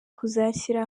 kuzashyira